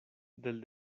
del